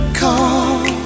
call